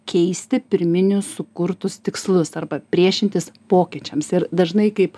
keisti pirminius sukurtus tikslus arba priešintis pokyčiams ir dažnai kaip